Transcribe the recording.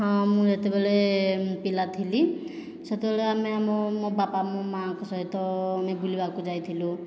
ହଁ ମୁଁ ଯେତେବେଳେ ପିଲା ଥିଲି ସେତେବେଳେ ଆମେ ଆମ ମୋ' ବାପା ମୋ' ମାଙ୍କ ସହିତ ଆମେ ବୁଲିବାକୁ ଯାଇଥିଲୁ